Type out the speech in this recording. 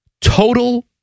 total